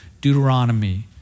Deuteronomy